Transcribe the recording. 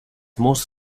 most